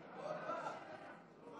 המקומות.